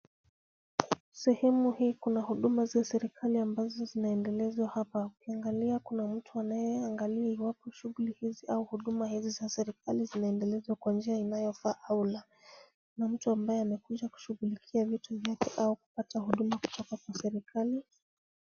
Sehemu hii kuna huduma za serikali ambazo zinaendelezwa hapa, ukiangalia kuna mtu anayeangalia iwapo shughuli hizi au huduma hizi za serikali zinaendelezwa kwa njia inayofaa au la. Kuna mtu ambaye amekuja kushughulikia vitu vyake au kupata huduma kutoka kwa serikali.